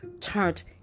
turned